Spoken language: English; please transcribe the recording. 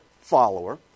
follower